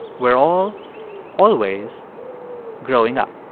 we're all always growing up